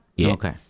Okay